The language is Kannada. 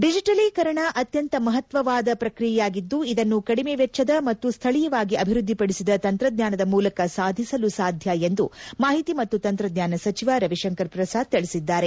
ಡಿಜೆಟಲೀಕರಣ ಅತ್ಯಂತ ಮಪತ್ವವಾದ ಪ್ರಕ್ರಿಯೆಯಾಗಿದ್ದು ಇದನ್ನು ಕಡಿಮೆ ವೆಚ್ಚದ ಮತ್ತು ಸ್ಥಳೀಯವಾಗಿ ಅಭಿವ್ಯದ್ವಿಪಡಿಸಿದ ತಂತ್ರಜ್ಞಾನದ ಮೂಲಕ ಸಾಧಿಸಲು ಸಾಧ್ಯ ಎಂದು ಮಾಹಿತಿ ಮತ್ತು ತಂತ್ರಜ್ಞಾನ ಸಚಿವ ರವಿಶಂಕರ್ ಪ್ರಸಾದ್ ತಿಳಿಸಿದ್ದಾರೆ